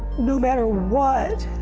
no matter what,